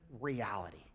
reality